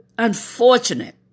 Unfortunate